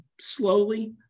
slowly